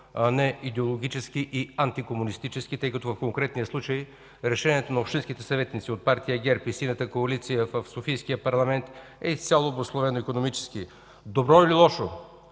не идеологически и антикомунистически, тъй като в конкретния случай решението на общинските съветници от Партия ГЕРБ и синята коалиция в софийския парламент е изцяло обусловено икономически. В добро или лошо,